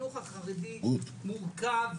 החינוך החרדי מורכב